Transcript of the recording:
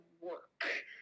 work